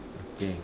okay